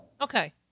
Okay